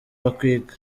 bakwiga